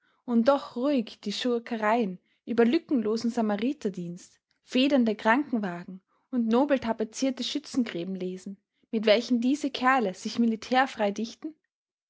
und doch ruhig die schurkereien über lückenlosen samariterdienst federnde krankenwagen und nobel tapezierte schützengräben lesen mit welchen diese kerle sich militärfrei dichten